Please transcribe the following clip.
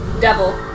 devil